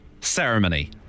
ceremony